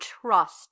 trust